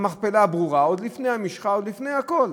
המכפלה ברורה, עוד לפני המשחה, עוד לפני הכול,